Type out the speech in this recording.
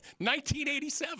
1987